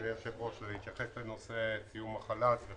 אדוני היושב-ראש, אני מבקש להתייחס לסיום החל"ת.